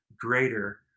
greater